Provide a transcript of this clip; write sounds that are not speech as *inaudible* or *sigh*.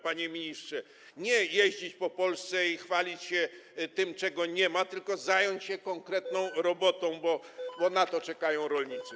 Panie ministrze, nie jeździć po Polsce i chwalić się tym, czego nie ma, tylko zająć się konkretną *noise* robotą, bo na to czekają rolnicy.